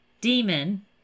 demon